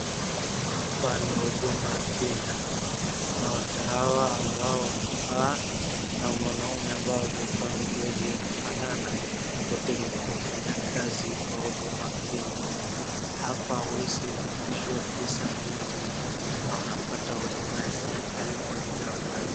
Hapa ni Huduma Kenya. Wanawake hawa ambao wamevaa na mwanaume ambao wamevaa nguo zinafanana, wote ni wafanyikazi wa Huduma Kenya. Hapa huwezi lipishwa pesa mingi na unapata huduma ya serikali kwa njia urahisi.